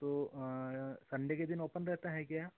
तो सन्डे के दिन ओपन रहता है क्या